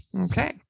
okay